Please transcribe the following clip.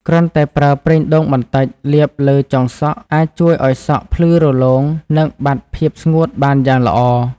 គ្រាន់តែប្រើ ប្រេងដូងបន្តិច លាបលើចុងសក់ អាចជួយឱ្យសក់ ភ្លឺរលោង និងបាត់ភាពស្ងួតបានយ៉ាងល្អ។